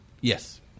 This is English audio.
Yes